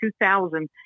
2000